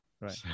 right